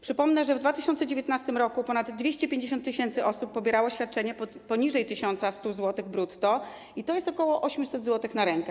Przypomnę, że w 2019 r. ponad 250 tys. osób pobierało świadczenie poniżej 1100 zł brutto, tj. ok. 800 zł na rękę.